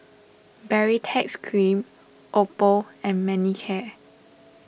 Baritex Cream Oppo and Manicare